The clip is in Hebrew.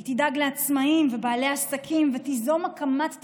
היא תדאג לעצמאים ובעלי עסקים ותיזום הקמת תשתיות.